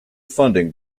funding